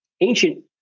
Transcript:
ancient